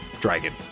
dragon